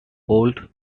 old